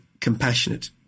compassionate